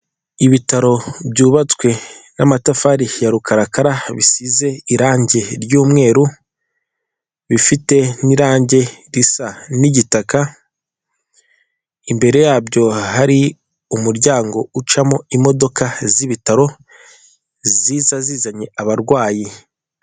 Ibitaro byubatswe n'amatafari ya rukarakara, bisize irangi ry'umweru, bifite n'irangi risa n'igitaka, imbere yabyo hari umuryango ucamo imodoka z'ibitaro, ziza zizanye abarwayi.